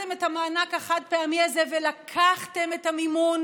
נתתם את המענק החד-פעמי הזה ולקחתם את המימון